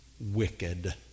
wicked